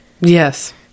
Yes